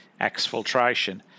exfiltration